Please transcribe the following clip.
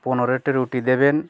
পনেরোটা রুটি দেবেন